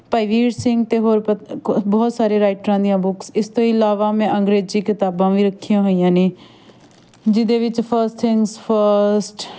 ਭਾਈ ਵੀਰ ਸਿੰਘ ਅਤੇ ਹੋਰ ਬਹੁਤ ਸਾਰੇ ਰਾਈਟਰਾਂ ਦੀਆਂ ਬੁੱਕਸ ਇਸ ਤੋਂ ਇਲਾਵਾ ਮੈਂ ਅੰਗਰੇਜ਼ੀ ਕਿਤਾਬਾਂ ਵੀ ਰੱਖੀਆਂ ਹੋਈਆਂ ਨੇ ਜਿਹਦੇ ਵਿੱਚ ਫਸਟ ਥੀਂਗਸ ਫਸਟ